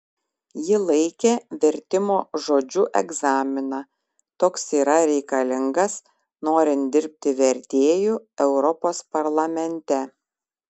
ji laikė vertimo žodžiu egzaminą toks yra reikalingas norint dirbti vertėju europos parlamente